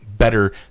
Better